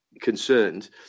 concerned